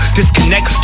Disconnect